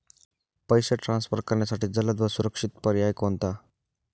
पैसे ट्रान्सफर करण्यासाठी जलद व सुरक्षित पर्याय कोणता?